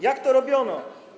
Jak to robiono?